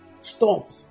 Stop